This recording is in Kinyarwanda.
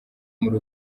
muri